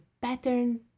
pattern